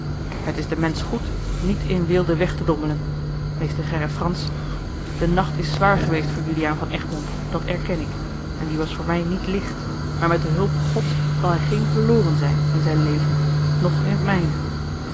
het is den mensch goed niet in weelde weg te dommelen mr gerrit fransz de nacht is zwaar geweest voor juliaan van egmond dat erken ik en die was voor mij niet licht maar met de hulpe gods zal hij geen verloren zijn in zijn leven noch in het mijne